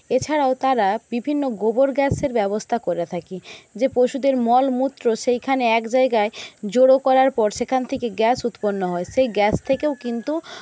এছাড়াও তারা বিভিন্ন গোবর গ্যাসের ব্যবস্থা করে থাকি যে পশুদের মলমূত্র সেইখানে এক জায়গায় জড়ো করার পর সেখান থেকে গ্যাস উৎপন্ন হয় সেই গ্যাস থেকেও কিন্তু